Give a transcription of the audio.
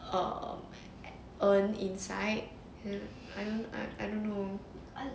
err urn inside mm I I don't know